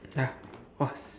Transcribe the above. ya was